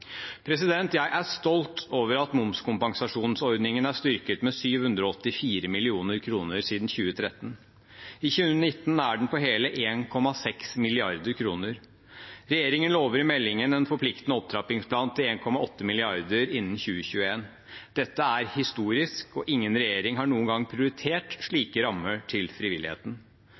Jeg er stolt over at momskompensasjonsordningen er styrket med 784 mill. kr siden 2013. I 2019 er den på hele 1,6 mrd. kr. Regjeringen lover i meldingen en forpliktende opptrappingsplan til 1,8 mrd. kr innen 2021. Dette er historisk, og ingen regjering har noen gang prioritert slike rammer til frivilligheten.